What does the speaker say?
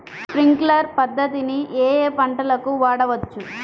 Sprinkler పద్ధతిని ఏ ఏ పంటలకు వాడవచ్చు?